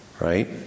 right